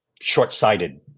short-sighted